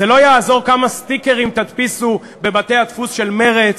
זה לא יעזור כמה סטיקרים תדפיסו בבתי-הדפוס של מרצ